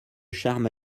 charme